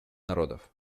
народов